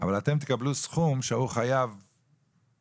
אבל אתם תקבלו סכום שהוא חייב 100,000,